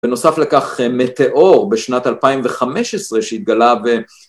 בנוסף לקח מטאור בשנת 2015 שהתגלה ו...